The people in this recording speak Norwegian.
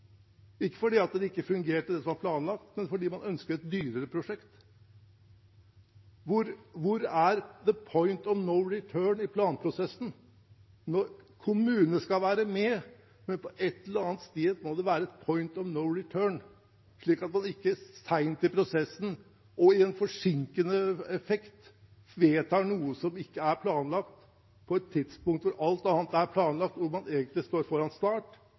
ikke fordi det ikke fungerte det som var planlagt, men fordi man ønsket et dyrere prosjekt. Hvor er «the point of no return» i planprosessen? Kommunene skal være med, men på et eller annet sted må det være et «point of no return», slik at man ikke sent i prosessen og med en forsinkende effekt vedtar noe som ikke er planlagt, på et tidspunkt hvor alt annet er planlagt – hvor man står foran start,